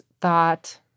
thought